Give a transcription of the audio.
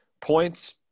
points